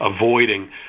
avoiding